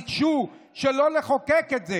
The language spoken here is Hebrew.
ביקשו שלא לחוקק את זה,